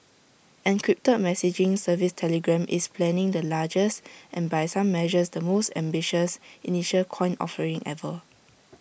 encrypted messaging service Telegram is planning the largest and by some measures the most ambitious initial coin offering ever